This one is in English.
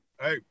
Hey